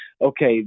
okay